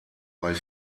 bei